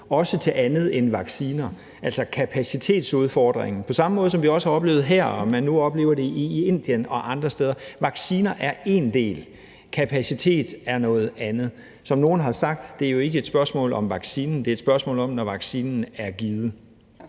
også til andet end vacciner, nemlig kapacitetsudfordringen – på samme måde, som vi også har oplevet det her og man nu oplever det i Indien og andre steder. Vacciner er én del, kapacitet er noget andet. Som nogen har sagt: Det er jo ikke et spørgsmål om vaccinen, det er spørgsmål om, når vaccinen er givet.